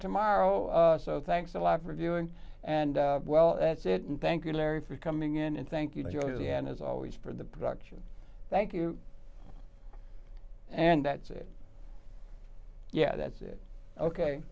tomorrow so thanks a lot for doing and well that's it and thank you larry for coming in and thank you julianne as always for the production thank you and that's it yeah that's it ok